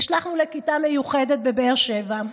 נשלחנו לכיתה מיוחדת בבאר שבע.